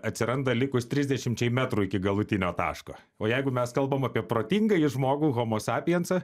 atsiranda likus trisdešimčiai metrų iki galutinio taško o jeigu mes kalbam apie protingąjį žmogų homosapiensą